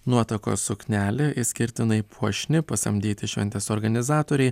nuotakos suknelė išskirtinai puošni pasamdyti šventės organizatoriai